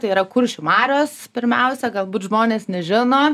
tai yra kuršių marios pirmiausia galbūt žmonės nežino